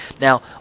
Now